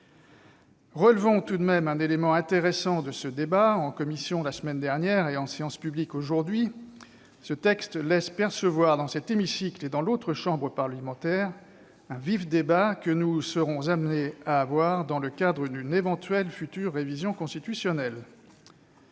Relevons tout de même un élément intéressant de notre débat, en commission la semaine dernière et en séance publique aujourd'hui : le présent texte laisse percevoir, dans cet hémicycle et dans l'autre chambre parlementaire, un vif débat que nous serons amenés à avoir dans le cadre d'une éventuelle future révision constitutionnelle.